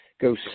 go